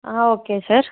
okay sir